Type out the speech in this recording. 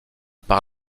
par